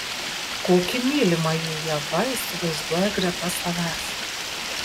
kokį mylimąjį ieva įsivaizduoja greta savęs